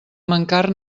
mancar